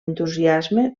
entusiasme